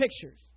pictures